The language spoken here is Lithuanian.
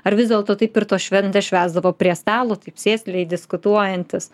ar vis dėlto taip ir tos šventes švęsdavo prie stalo taip sėsliai diskutuojantis